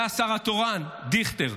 ועלה השר התורן דיכטר.